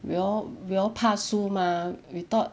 we all we all 怕输 mah we thought